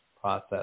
process